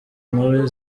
inkuru